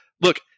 Look